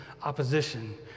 opposition